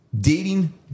Dating